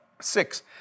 six